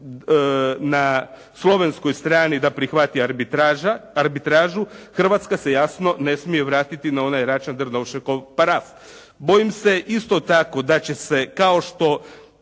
na Slovenskoj strani da prihvati arbitražu, Hrvatska se jasno ne smije vratiti na onaj Račan-Drnovšekov paraf. Bojim se isto tako kao što